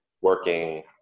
working